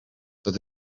dat